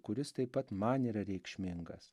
kuris taip pat man yra reikšmingas